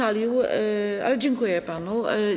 Ale dziękuję panu.